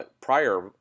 prior